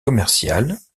commerciales